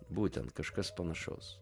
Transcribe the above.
būtent kažkas panašaus